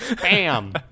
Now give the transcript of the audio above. Bam